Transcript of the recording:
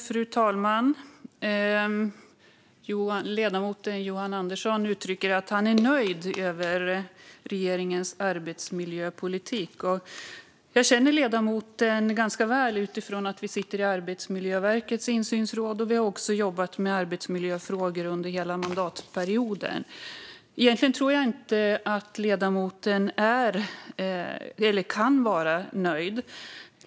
Fru talman! Ledamoten Johan Andersson uttrycker att han är nöjd med regeringens arbetsmiljöpolitik. Jag känner ledamoten ganska väl utifrån att vi sitter Arbetsmiljöverkets insynsråd. Vi har också jobbat med arbetsmiljöfrågor under hela mandatperioden. Egentligen tror jag inte att ledamoten kan vara nöjd.